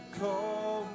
call